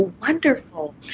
Wonderful